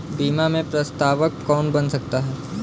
बीमा में प्रस्तावक कौन बन सकता है?